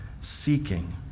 seeking